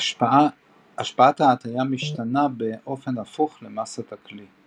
השפעת ההטייה משתנה באופן הפוך למסת הכלי.